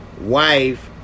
wife